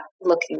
looking